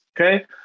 okay